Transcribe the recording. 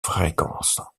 fréquences